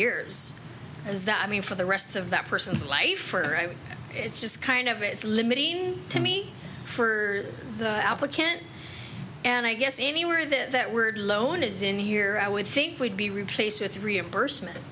years is that i mean for the rest of that person's life for i mean it's just kind of it is limiting to me for the applicant and i guess anywhere that that word loan is in the year i would think would be replaced with reimbursement